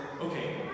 okay